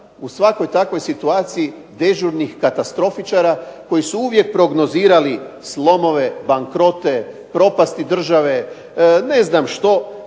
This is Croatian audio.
u svakoj takvoj situaciji dežurnih katastrofičara koji su uvijek prognozirali slomovi, bankrote, propasti države, ne znam što